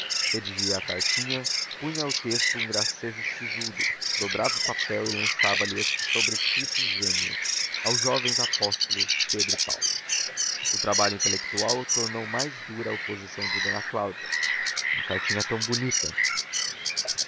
redigia a cartinha punha no texto um gracejo sisudo dobrava o papel e lançava-lhe este sobrescrito gêmeo aos jovens apóstolos pedro e paulo o trabalho intelectual tornou mais dura a oposição de d cláudia uma cartinha tão bonita